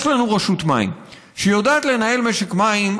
יש לנו רשות מים שיודעת לנהל משק מים,